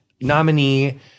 nominee